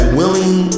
willing